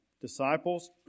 disciples